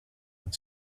and